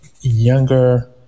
younger